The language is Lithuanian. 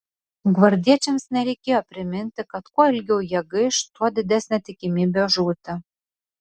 gvardiečiams nereikėjo priminti kad kuo ilgiau jie gaiš tuo didesnė tikimybė žūti